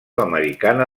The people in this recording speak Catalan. americana